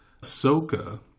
Ahsoka